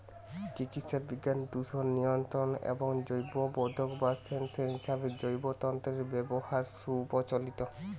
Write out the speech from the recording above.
চিকিৎসাবিজ্ঞান, দূষণ নিয়ন্ত্রণ এবং জৈববোধক বা সেন্সর হিসেবে জৈব তন্তুর ব্যবহার সুপ্রচলিত